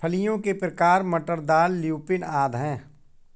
फलियों के प्रकार मटर, दाल, ल्यूपिन आदि हैं